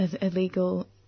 illegal